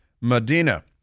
Medina